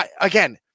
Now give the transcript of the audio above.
again